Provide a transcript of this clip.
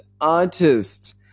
artist